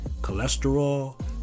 cholesterol